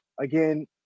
Again